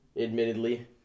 admittedly